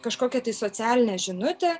kažkokią tai socialinę žinutę